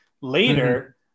later